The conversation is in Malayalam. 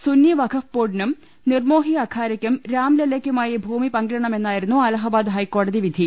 സുന്നി വഖഫ് ബോർഡിനും നിർമ്മോഹി അഖാരക്കും രാംലെല്ലയ്ക്കുമായി ഭൂമി പങ്കിടണമെ ന്നായിരുന്നു അലഹബാദ് ഹൈക്കോടതി വിധി